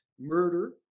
murder